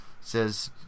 says